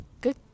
good